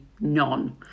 none